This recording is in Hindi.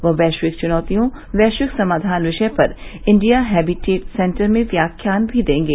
वह वैश्विक चुनौतियां वैश्विक समावान विषय पर इंडिया हेबीटेट सेंटर में व्याख्यान भी देंगे